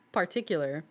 particular